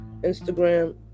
Instagram